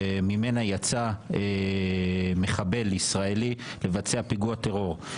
שממנה יצא מחבל ישראלי לבצע פיגוע טרור.